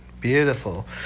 Beautiful